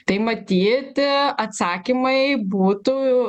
tai matyt atsakymai būtų